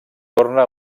torna